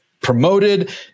promoted